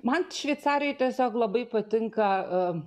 man šveicarijoj tiesiog labai patinka